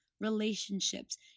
relationships